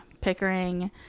pickering